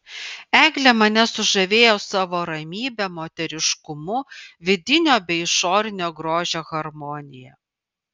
eglė mane sužavėjo savo ramybe moteriškumu vidinio bei išorinio grožio harmonija